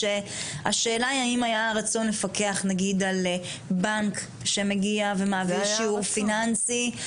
השאלה היא האם היה רצון לפקח נגיד על בנק שמגיע ומעביר שיעור פיננסי,